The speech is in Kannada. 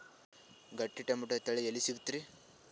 ಗಟ್ಟಿ ಟೊಮೇಟೊ ತಳಿ ಎಲ್ಲಿ ಸಿಗ್ತರಿ?